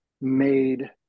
made